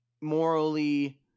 morally –